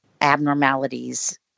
abnormalities